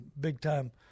big-time